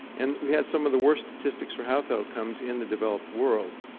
and we had some of the worst statistics for health outcomes in the developed world.